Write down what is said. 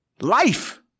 Life